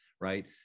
right